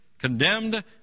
condemned